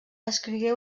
escrigué